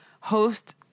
host